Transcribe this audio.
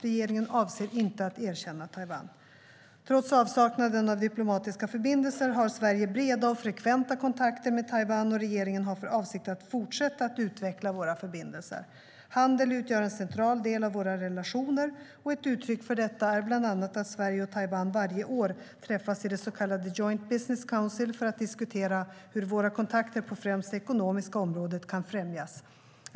Regeringen avser inte att erkänna Taiwan. Trots avsaknaden av diplomatiska förbindelser har Sverige breda och frekventa kontakter med Taiwan, och regeringen har för avsikt att fortsätta att utveckla våra förbindelser. Handel utgör en central del av våra relationer. Ett uttryck för detta är bland annat att Sverige och Taiwan varje år träffas i det så kallade Joint Business Council för att diskutera hur våra kontakter på främst det ekonomiska området kan främjas.